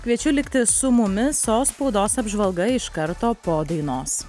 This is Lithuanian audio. kviečiu likti su mumis o spaudos apžvalga iš karto po dainos